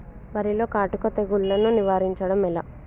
వరిలో కాటుక తెగుళ్లను నివారించడం ఎట్లా?